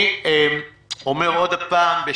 אני אומר עוד פעם,